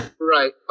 Right